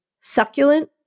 succulent